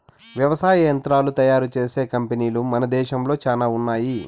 వ్యవసాయ యంత్రాలను తయారు చేసే కంపెనీలు మన దేశంలో చానా ఉన్నాయి